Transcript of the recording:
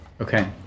Okay